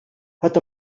hat